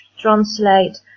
translate